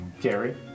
Gary